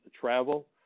travel